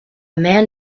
man